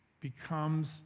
becomes